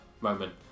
moment